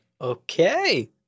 Okay